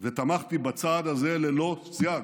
ותמכתי בצעד הזה ללא סייג.